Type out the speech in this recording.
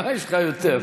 יש לו עוד 50 שניות.